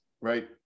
right